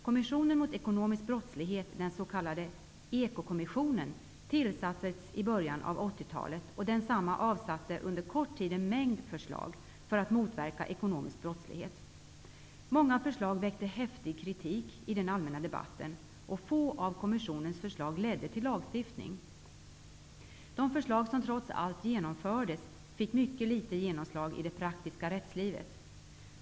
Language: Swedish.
Kommissionen mot ekonomisk brottslighet, den s.k. Ekokommissionen, tillsattes i början av 80 talet, och den avsatte under kort tid en mängd förslag för att motverka ekonomisk brottslighet. Många förslag väckte häftig kritik i den allmänna debatten, och få av kommissionens förslag ledde till lagstiftning. De förslag som trots allt genomfördes fick mycket litet genomslag i det praktiska rättslivet.